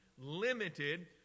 limited